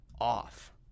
off